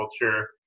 culture